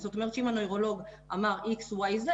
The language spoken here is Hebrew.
זאת אומרת שאם הנוירולוג אמר X Y Z,